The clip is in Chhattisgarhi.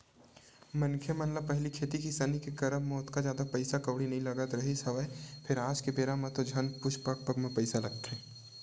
मनखे मन ल पहिली खेती किसानी के करब म ओतका जादा पइसा कउड़ी नइ लगत रिहिस हवय फेर आज के बेरा म तो झन पुछ पग पग म पइसा लगथे